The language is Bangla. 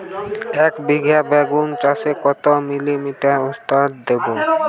একবিঘা বেগুন চাষে কত মিলি লিটার ওস্তাদ দেবো?